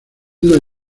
del